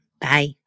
Bye